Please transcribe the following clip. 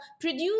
produce